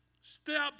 Step